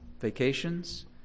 vacations